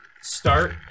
start